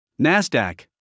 Nasdaq